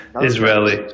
Israeli